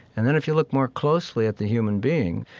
and then if you look more closely at the human being,